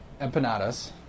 empanadas